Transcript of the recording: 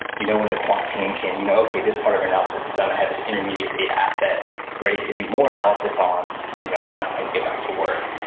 you know when the quant team can, you know okay. this part of our analysis is done. i have this intermediate data asset ready to do more analysis on. you know now it's time to get back to work,